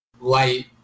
light